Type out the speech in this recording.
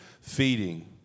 feeding